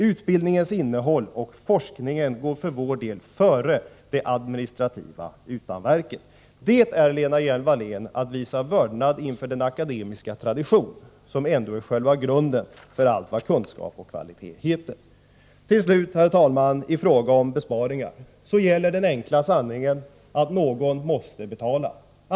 Utbildningens innehåll och forskningen går för vår del före det administrativa utanverket. Det är, Lena Hjelm-Wallén, att visa vördnad inför den akademiska tradition som ändå är själva grunden för allt vad kunskap och kvalitet heter. Fru talman! I fråga om besparingar gäller den enkla sanningen att någon måste betala.